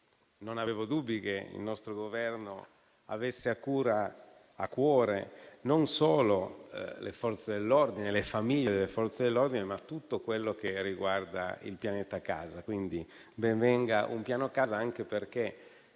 Non avevo dubbi, infatti, che il nostro Governo avesse a cuore non solo le Forze dell'ordine e le famiglie delle Forze dell'ordine, ma tutto quello che riguarda il pianeta casa. Quindi, ben venga un piano casa, anche perché